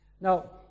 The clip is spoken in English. Now